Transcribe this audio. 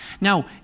Now